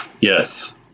yes